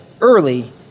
early